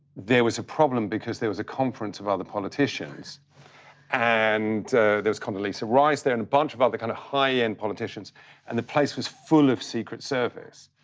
there was a problem because there was a conference of other politicians and there was condoleezza rice there and a bunch of other kinda high-end politicians and the place was full of secret service.